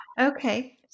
okay